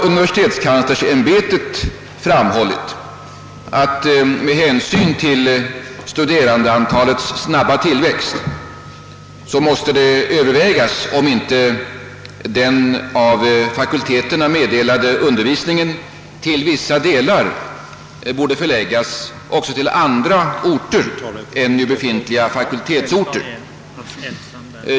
Universitetskanslersämbetet har framhållit att med hänsyn till studerandeantalets snabba tillväxt måste det över vägas om inte den av fakulteterna meddelade undervisningen till vissa delar borde förläggas också till andra orter än befintliga fakultetsorter.